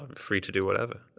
um free to do whatever